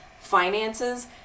finances